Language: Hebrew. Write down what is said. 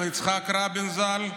של יצחק רבין, ז"ל,